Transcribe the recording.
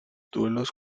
duelos